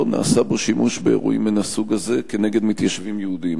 לא ייעשה בו שימוש באירועים מן הסוג הזה כנגד מתיישבים יהודים.